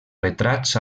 retrats